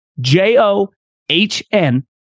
J-O-H-N